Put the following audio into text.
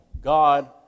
God